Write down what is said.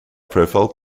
profile